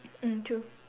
mm true